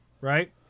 right